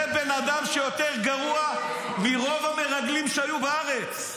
זה בן אדם יותר גרוע מרוב המרגלים שהיו בארץ.